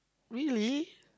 really